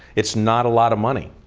it's not a lot of money.